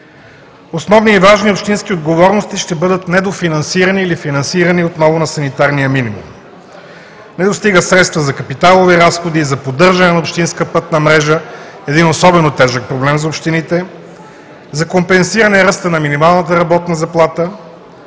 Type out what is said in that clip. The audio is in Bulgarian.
Основни и важни общински отговорности ще бъдат недофинансирани или финансирани отново на санитарния минимум. Не достигат средства за капиталови разходи и за поддържане на общинска пътна мрежа – един особено тежък проблем за общините, за компенсиране ръста на минималната работна заплата,